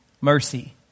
mercy